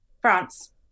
France